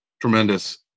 Tremendous